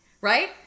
Right